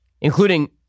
including